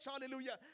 hallelujah